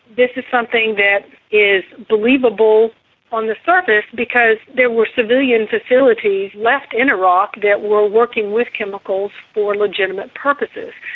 this is something that is believable on the surface because there were civilian facilities left in iraq that were working with chemicals for legitimate purposes.